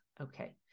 Okay